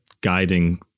guiding